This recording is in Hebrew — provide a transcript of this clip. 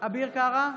אביר קארה,